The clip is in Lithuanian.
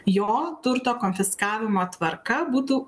jo turto konfiskavimo tvarka būtų